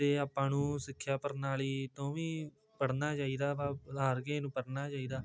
ਅਤੇ ਆਪਾਂ ਨੂੰ ਸਿੱਖਿਆ ਪ੍ਰਣਾਲੀ ਦੋਵੇਂ ਪੜ੍ਹਨਾ ਚਾਹੀਦਾ ਵਾ ਪੜ੍ਹਨਾ ਚਾਹੀਦਾ